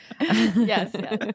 yes